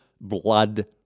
blood